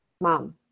mom